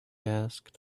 asked